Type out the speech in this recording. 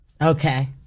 Okay